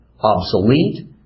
obsolete